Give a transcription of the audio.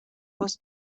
was